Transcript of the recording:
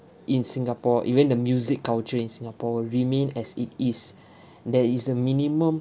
in singapore even the music culture in singapore remain as it is there is a minimum